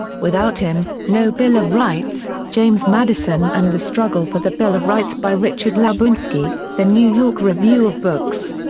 without him, no bill of rights james madison and the struggle for the bill of rights by richard labunski, the new york review of books.